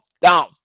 down